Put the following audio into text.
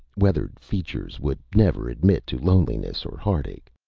weathered features would never admit to loneliness or heartache.